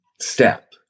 step